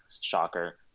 Shocker